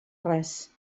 res